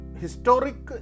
historic